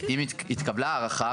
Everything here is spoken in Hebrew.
אם התקלה הארכה,